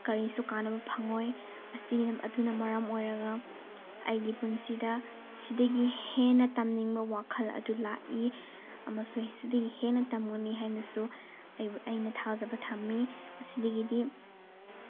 ꯀꯔꯤꯁꯨ ꯀꯥꯟꯅꯕ ꯐꯪꯉꯣꯏ ꯑꯁꯤ ꯑꯗꯨꯅ ꯃꯔꯝ ꯑꯣꯏꯔꯒ ꯑꯩꯒꯤ ꯄꯨꯟꯁꯤꯗ ꯁꯤꯗꯒꯤ ꯍꯦꯟꯅ ꯇꯝꯅꯤꯡꯕ ꯋꯥꯈꯜ ꯂꯥꯛꯏ ꯑꯃꯁꯨꯡ ꯁꯤꯗꯒꯤ ꯍꯦꯟꯅ ꯇꯝꯒꯅꯤ ꯍꯥꯏꯅꯁꯨ ꯑꯩꯕꯨ ꯑꯩꯅ ꯊꯥꯖꯕ ꯊꯝꯃꯤ ꯃꯁꯤꯗꯒꯤ